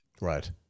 Right